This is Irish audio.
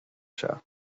seo